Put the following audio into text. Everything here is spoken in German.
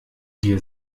dir